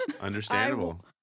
Understandable